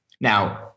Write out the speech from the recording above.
Now